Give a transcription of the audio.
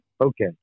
Okay